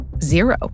Zero